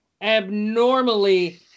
abnormally